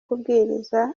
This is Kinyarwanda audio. kubwiriza